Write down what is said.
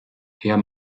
herr